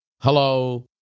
hello